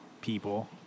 People